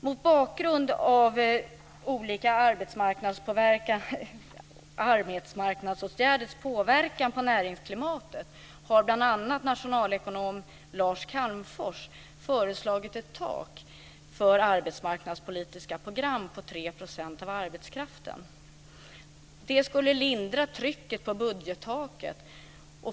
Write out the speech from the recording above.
Mot bakgrund av olika arbetsmarknadsåtgärders påverkan på näringsklimatet har bl.a. nationalekonom Lars Calmfors föreslagit ett tak för arbetsmarknadspolitiska program på 3 % av arbetskraften. Det skulle lindra trycket på budgettaket.